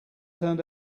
turned